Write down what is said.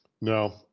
No